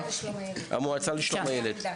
המועצה לשלום הילד.